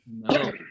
No